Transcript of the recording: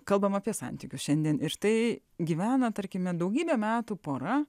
kalbam apie santykius šiandien ir štai gyvena tarkime daugybę metų pora